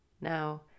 now